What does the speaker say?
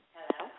Hello